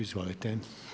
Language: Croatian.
Izvolite.